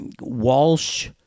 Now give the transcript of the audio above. Walsh